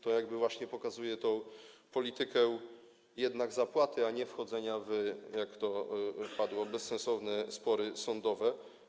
To właśnie pokazuje politykę jednak zapłaty, a nie wchodzenia w - jak to padło - bezsensowne spory sądowe.